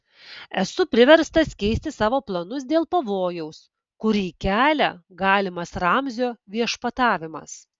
esu priverstas keisti savo planus dėl pavojaus kurį kelia galimas ramzio viešpatavimas